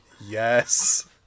yes